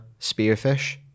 Spearfish